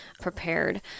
prepared